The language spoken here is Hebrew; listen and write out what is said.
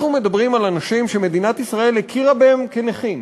אנחנו מדברים על אנשים שמדינת ישראל הכירה בהם כנכים,